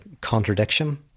contradiction